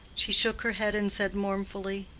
she shook her head and said mournfully,